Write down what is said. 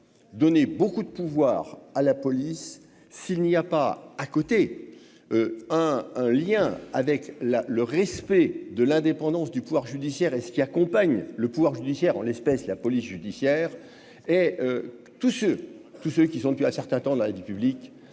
donner beaucoup de pouvoirs à la police s'il n'y a pas à côté, un lien avec la le respect de l'indépendance du pouvoir judiciaire et ce qui accompagne le pouvoir judiciaire en l'espèce, la police judiciaire et tous ceux, tous ceux qui sont depuis un certain temps dans la vie publique